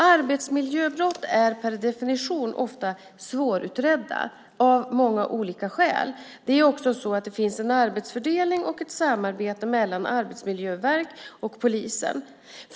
Arbetsmiljöbrott är per definition ofta svårutredda av många olika skäl. Det är också så att det finns en arbetsfördelning och ett samarbete mellan Arbetsmiljöverket och polisen.